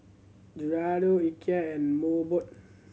Giordano Ikea and Mobot